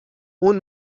اون